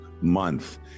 Month